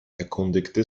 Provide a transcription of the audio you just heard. erkundigte